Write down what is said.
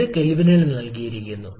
ഇത് കെൽവിനിൽ നൽകിയിരിക്കുന്നു